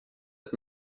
ett